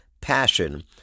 passion